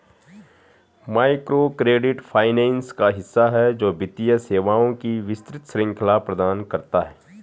microcredit finance का हिस्सा है, जो वित्तीय सेवाओं की विस्तृत श्रृंखला प्रदान करता है